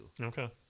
Okay